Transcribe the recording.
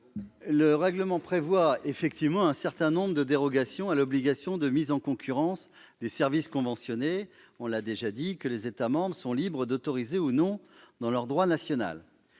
Le règlement OSP prévoit un certain nombre de dérogations à l'obligation de mise en concurrence des services conventionnés, que les États membres sont libres d'autoriser ou non dans leur droit national.